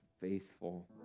faithful